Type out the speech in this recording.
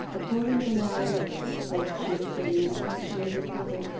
a quarter of an hour later, whilst she was sitting in a partially recovered,